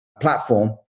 platform